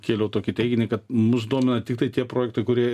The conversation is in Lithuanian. kėliau tokį teiginį kad mus domina tiktai tie projektai kurie